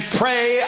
pray